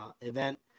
event